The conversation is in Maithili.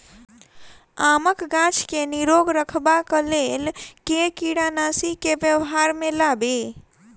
आमक गाछ केँ निरोग रखबाक लेल केँ कीड़ानासी केँ व्यवहार मे लाबी?